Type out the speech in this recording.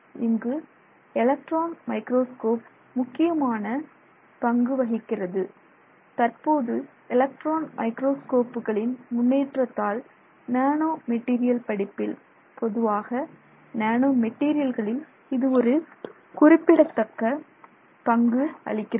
இங்கு electron microscope முக்கியமான பங்கு வகிக்கிறது தற்போது எலக்ட்ரான் மைக்ரோஸ்கோப்புகளின் முன்னேற்றத்தால் நேனோ மெட்டீரியல் படிப்பில் பொதுவாக நேனோ மெட்டீரியல்களில் இது ஒரு குறிப்பிடத்தகுந்த பங்கு அளிக்கிறது